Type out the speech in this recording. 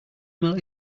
animal